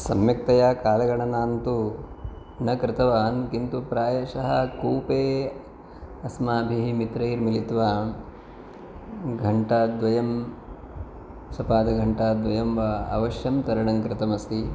सम्यक्तया कालगणनान्तु न कृतवान् किन्तु प्रायशः कूपे अस्माभिः मित्रैः मिलित्वा घण्टाद्वयं सपादघण्टाद्वयं वा अवश्यं करणं कृतमस्ति